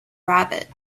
rabbit